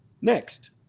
Next